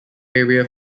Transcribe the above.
area